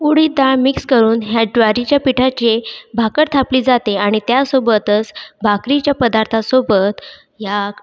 उडीद डाळ मिक्स करून ह्या ज्वारीच्या पिठाची भाकर थापली जाते आणि त्यासोबतच भाकरीच्या पदार्थासोबत ह्या